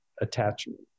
attachment